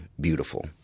beautiful